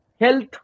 health